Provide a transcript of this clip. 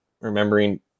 remembering